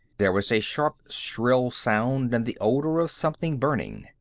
there was a sharp shrill sound, and the odor of something burning.